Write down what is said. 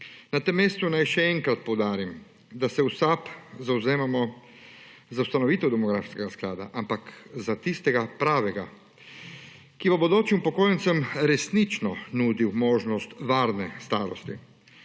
Na tem mestu naj še enkrat poudarim, da se v SAB zavzemamo za ustanovitev demografskega sklada, ampak za tistega pravega, ki bo bodočim upokojencem resnično nudil možnost varne starosti.